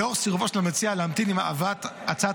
לאור סירובו של המציע להמתין עם הבאת הצעת